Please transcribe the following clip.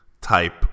type